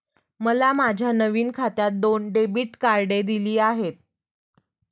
मला माझ्या नवीन खात्यात दोन डेबिट कार्डे दिली आहेत